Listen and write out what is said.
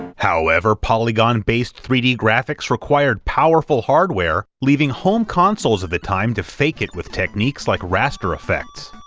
however polygon-based three d graphics required powerful hardware, leaving home consoles of the time to fake it with techniques like raster effects.